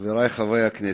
חברי חברי הכנסת,